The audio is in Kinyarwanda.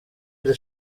iri